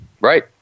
right